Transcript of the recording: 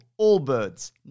Allbirds